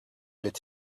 est